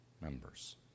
members